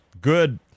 Good